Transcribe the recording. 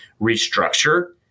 restructure